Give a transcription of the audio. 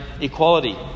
equality